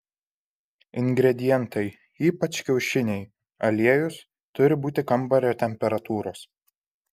ingredientai ypač kiaušiniai aliejus turi būti kambario temperatūros